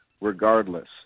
regardless